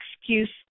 excuse